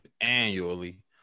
annually